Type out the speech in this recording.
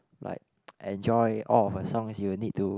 like enjoy all of her songs you will need to